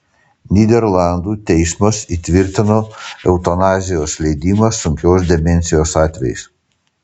nyderlandų teismas įtvirtino eutanazijos leidimą sunkios demencijos atvejais